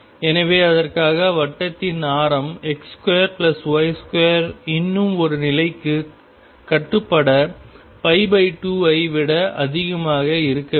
எனவே அதற்காக வட்டத்தின் ஆரம் X2Y2இன்னும் ஒரு நிலைக்கு கட்டுப்பட 2 ஐ விட அதிகமாக இருக்க வேண்டும்